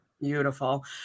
Beautiful